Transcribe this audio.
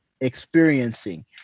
experiencing